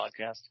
podcast